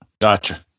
Gotcha